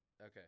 Okay